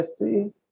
50